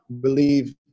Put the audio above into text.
believe